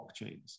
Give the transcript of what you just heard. blockchains